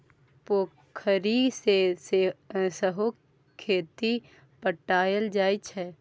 पोखरि सँ सहो खेत पटाएल जाइ छै